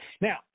Now